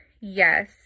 yes